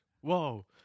whoa